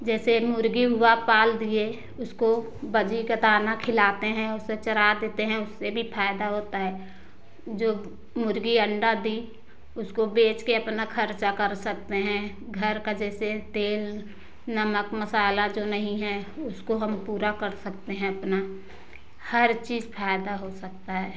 जैसे मुर्गी हुआ पाल दिए उसको बजी का दाना खिलाते हैं उसे चरा देते हैं उससे भी फायदा होता है जो मुर्गी अंडा दी उसको बेच के अपना खर्चा कर सकते हैं घर का जैसे तेल नमक मसाला जो नहीं है उसको हम पूरा कर सकते हैं अपना हर चीज फायदा हो सकता है